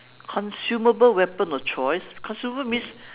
consumable weapon of choice consumer means